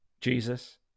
Jesus